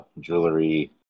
jewelry